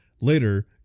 Later